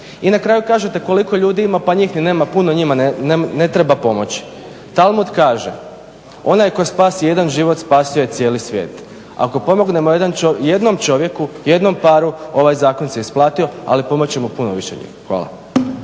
I na kraju kažete koliko ljudi ima, pa njih ni nema puno, njima ne treba pomoć. Talmud kaže onaj tko spasi jedan život, spasio je cijeli svijet. Ako pomognemo jednom čovjeku, jednom paru, ovaj zakon se isplatio ali pomoći ćemo puno više njih. Hvala.